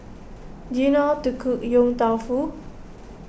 do you know how to cook Yong Tau Foo